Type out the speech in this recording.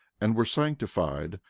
and were sanctified,